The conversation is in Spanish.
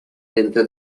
dentro